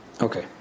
Okay